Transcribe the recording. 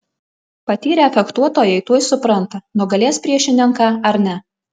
patyrę fechtuotojai tuoj supranta nugalės priešininką ar ne